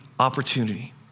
opportunity